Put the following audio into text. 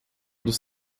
dos